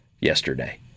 yesterday